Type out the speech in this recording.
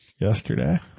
yesterday